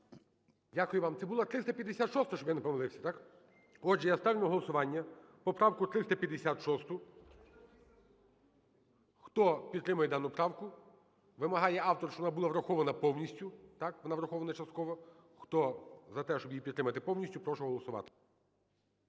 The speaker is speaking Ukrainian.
Дякую. Це була 356-а, щоб я не помилився, так? Отже, я ставлю на голосування поправку 356. Хто підтримує дану правку… Вимагає автор, щоб вона була врахована повністю – так? – вона врахована частково. Хто за те, щоб її підтримати повністю, прошу голосувати.